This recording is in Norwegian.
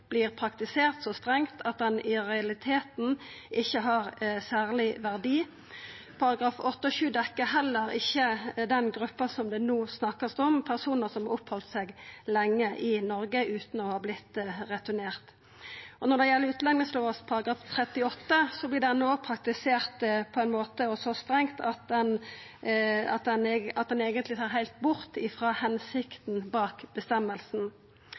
praktisert så strengt at ho i realiteten ikkje har særleg verdi. Paragraf 8-7 dekkjer heller ikkje den gruppa som det no vert snakka om, personar som har opphalde seg lenge i Noreg utan å ha vorte returnerte. Når det gjeld utlendingslova § 38, vert ho også praktisert så strengt at ein